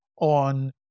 on